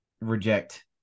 reject